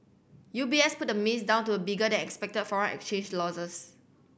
U B S put the miss down to bigger than expected foreign exchange losses